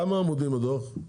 כמה עמודים הדוח?